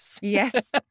Yes